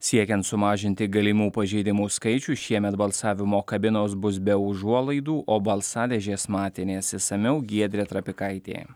siekiant sumažinti galimų pažeidimų skaičių šiemet balsavimo kabinos bus be užuolaidų o balsadėžės matinės išsamiau giedrė trapikaitė